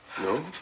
No